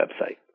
website